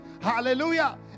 hallelujah